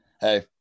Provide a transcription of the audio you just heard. hey